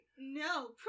No